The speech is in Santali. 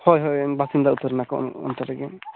ᱦᱳᱭ ᱦᱳᱭ ᱵᱟᱥᱤᱱᱫᱟ ᱩᱛᱟᱹᱨᱮᱱᱟ ᱠᱚ ᱚᱱᱛᱮ ᱨᱮᱜᱮ